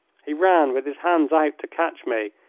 he ran with his hands out to catch me,